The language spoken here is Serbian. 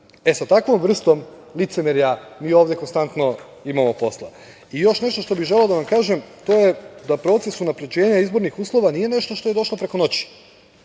Sa takvom vrstom licemerja mi ovde konstantno imamo posla. Još nešto što bih želeo da kažem, to je da proces unapređenja izbornih uslova nije nešto što je došlo preko noći.